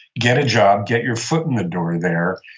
get a job, get your foot in the door there,